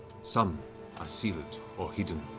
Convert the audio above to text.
some are sealed or hidden.